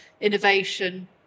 innovation